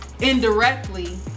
indirectly